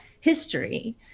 history